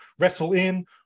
WrestleIn